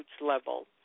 level